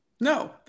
No